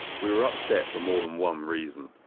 we were upset for more than one reason.